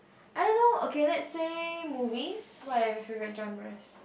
I don't know okay let's say movies what are your favourite genres